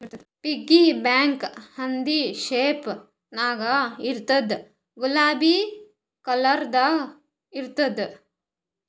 piggy bank ಹಂದಿ shape ನಾಗ್ ಇರ್ತುದ್ ಗುಲಾಬಿ ಕಲರ್ದು ಇರ್ತುದ್